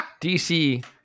DC